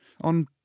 on